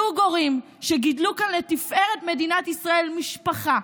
זוג הורים שגידלו כאן לתפארת מדינת ישראל משפחה,